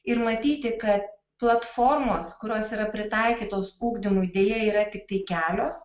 ir matyti kad platformos kurios yra pritaikytos ugdymui deja yra tiktai kelios